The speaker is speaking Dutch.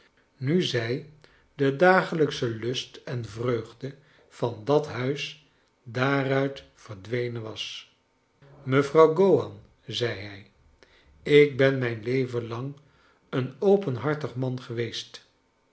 nu zij de dagelijksche lust en vreugde van dat huis daaruit verdwenen was mevrouw gowan zei hij ik ben mijn leven lang een openhartig man geweest